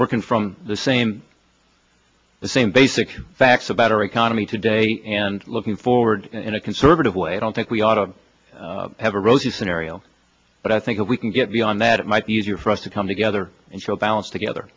working from the same the same basic facts about our economy today and looking forward in a conservative way i don't think we ought to have a rosy scenario but i think if we can get beyond that it might be easier for us to come together and show balance together